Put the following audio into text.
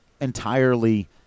entirely